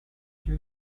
ciel